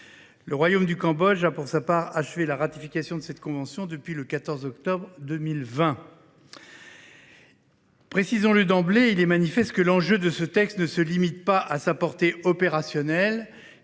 Le royaume du Cambodge a, pour sa part, achevé la ratification de cette convention depuis le 14 octobre 2020. Précisons le d’emblée, il est manifeste que l’enjeu de ce texte ne se limite pas à sa portée opérationnelle,